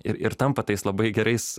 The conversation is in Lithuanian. ir ir tampa tais labai gerais